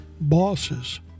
bosses